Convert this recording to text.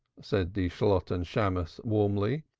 said the shalotten shammos warmly.